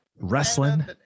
wrestling